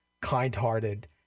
kind-hearted